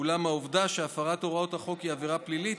אולם בשל העובדה שהפרת הוראות החוק היא עבירה פלילית,